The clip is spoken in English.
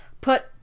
put